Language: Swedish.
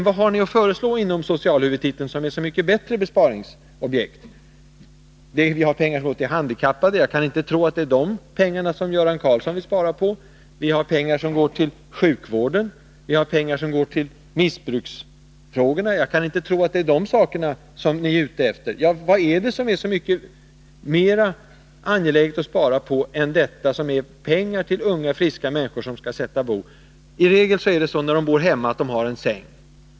Vad har ni att föreslå inom socialhuvudtiteln som är så mycket bättre besparingsobjekt? Vi anslår pengar till de handikappade. Jag kan inte tro att det är de pengarna som Göran Karlsson vill spara in. Vi anslår pengar till sjukvården och till missbruksfrågorna. Jag kan inte tro att ni är ute efter de pengarna. Vad är det som är mera angeläget att spara på än pengar till unga, friska människor som skall sätta bo? I regel har de unga medan de bor hemma en säng.